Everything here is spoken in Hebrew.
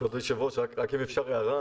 כבוד היושב-ראש, אם אפשר הערה.